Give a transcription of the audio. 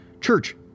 church